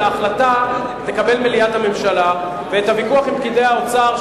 את ההחלטה תקבל מליאת הממשלה ואת הוויכוח עם פקידי האוצר,